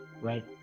right